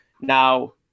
Now